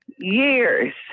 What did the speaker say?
Years